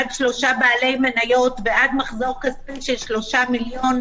עד שלושה בעלי מניות ועד מחזור עסקי של 3 מיליון,